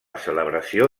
celebració